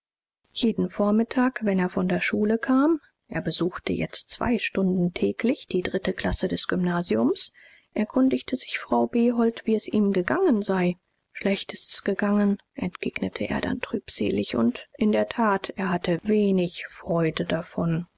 jeden vormittag wenn er von der schule kam er besuchte jetzt zwei stunden täglich die dritte klasse des gymnasiums erkundigte sich frau behold wie es ihm gegangen sei schlecht ist's gegangen entgegnete er dann trübselig und in der tat er hatte wenig freude davon